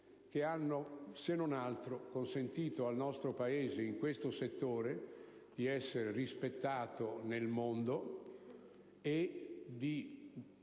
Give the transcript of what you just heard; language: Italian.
consentito, se non altro, al nostro Paese, in questo settore, di essere rispettato nel mondo e di